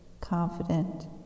confident